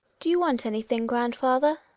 do you want anything, grandfather?